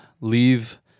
leave